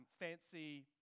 fancy